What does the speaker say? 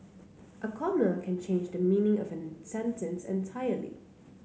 a comma can change the meaning of a sentence entirely